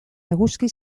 eguzki